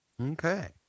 Okay